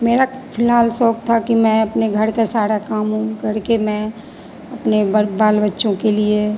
मेरा फ़िलहाल शौक़ था कि मैं अपने घर का सारा काम ओम करके मैं अपने बर बाल बच्चों के लिए